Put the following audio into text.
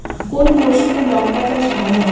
কোন মরশুমে লঙ্কা চাষ ভালো হয়?